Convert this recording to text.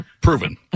Proven